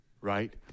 right